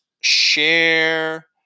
share